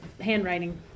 handwriting